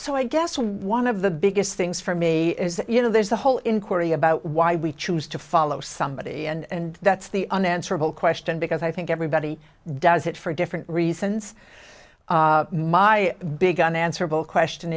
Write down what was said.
so i guess one of the biggest things for me is that you know there's a whole inquiry about why we choose to follow somebody and that's the unanswerable question because i think everybody does it for different reasons my big unanswerable question